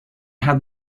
had